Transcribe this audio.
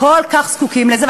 כל כך זקוקים לזה.